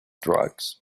drugs